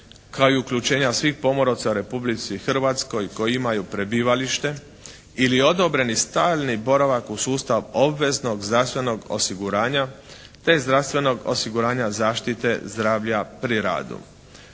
kao i uključenja svih pomoraca u Republici Hrvatskoj koji imaju prebivalište ili odobreni stalni boravak u sustav obveznog zdravstvenog osiguranja te zdravstvenog osiguranja zaštite zdravlja pri radu.